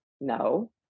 No